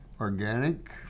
organic